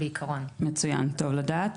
טוב לדעת.